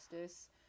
Justice